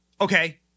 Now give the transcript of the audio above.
Okay